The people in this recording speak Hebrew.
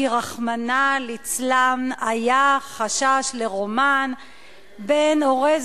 כי רחמנא ליצלן היה חשש לרומן בין אורז